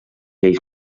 lleis